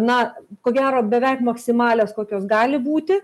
na ko gero beveik maksimalios kokios gali būti